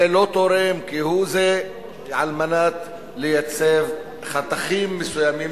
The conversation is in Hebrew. זה לא תורם כהוא-זה לייצוב חתכים מסוימים